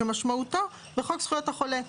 כמשמעותו בחוק זכויות החולה.